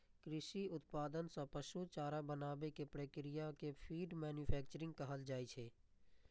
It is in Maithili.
कृषि उत्पाद सं पशु चारा बनाबै के प्रक्रिया कें फीड मैन्यूफैक्चरिंग कहल जाइ छै